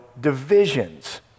divisions